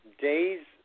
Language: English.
days